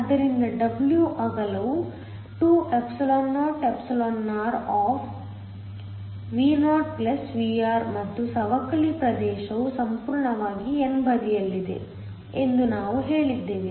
ಆದ್ದರಿಂದ W ಅಗಲವು 2εoεr Vo Vr ಮತ್ತು ಸವಕಳಿ ಪ್ರದೇಶವು ಸಂಪೂರ್ಣವಾಗಿ n ಬದಿಯಲ್ಲಿದೆ ಎಂದು ನಾವು ಹೇಳಿದ್ದೇವೆ